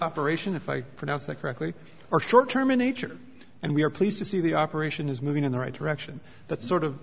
operation if i pronounce that correctly are short term in nature and we are pleased to see the operation is moving in the right direction that sort of